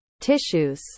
tissues